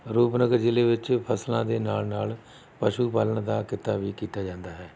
ਰੂਪਨਗਰ ਜ਼ਿਲ੍ਹੇ ਵਿੱਚ ਫਸਲਾਂ ਦੇ ਨਾਲ ਨਾਲ ਪਸ਼ੂ ਪਾਲਣ ਦਾ ਕਿੱਤਾ ਵੀ ਕੀਤਾ ਜਾਂਦਾ ਹੈ